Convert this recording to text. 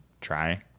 try